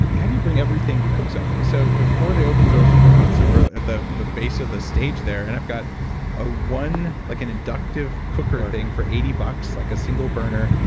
how do you bring everything to cook something? so before they open the doors for the concert, we're at the the base of the stage there. and i've got a one. like an inductive cooker thing for eighty bucks, like a single burner,